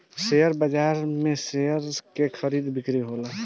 share बाजार में share के खरीदा बिक्री होला